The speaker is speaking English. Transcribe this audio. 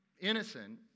innocent